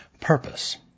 Purpose